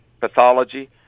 pathology